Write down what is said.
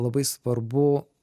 labai svarbu